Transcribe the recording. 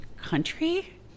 country